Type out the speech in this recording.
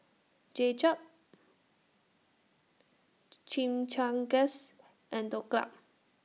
Japchae Chimichangas and Dhokla